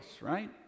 right